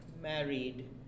married